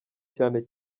cyane